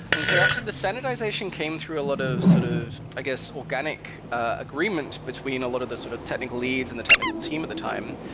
and so, actually, the standardization came through a lot of sort of, i guess, organic agreements between a lot of the sort of technical leads and the technical team at the time,